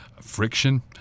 Friction